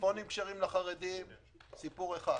טלפונים כשרים סיפור אחד.